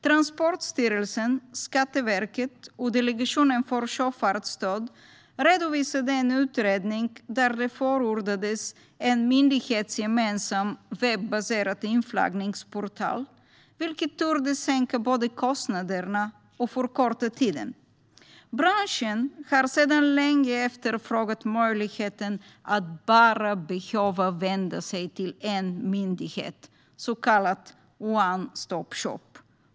Transportstyrelsen, Skatteverket och Delegationen för sjöfartsstöd redovisade en utredning där det förordades en myndighetsgemensam, webbbaserad inflaggningsportal, vilket torde sänka både kostnaderna och förkorta tiden. Branschen har sedan länge efterfrågat möjligheten att bara behöva vända sig till en myndighet, en så kallad one-stop shop.